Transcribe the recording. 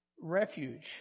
refuge